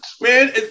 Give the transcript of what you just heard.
man